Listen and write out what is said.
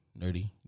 nerdy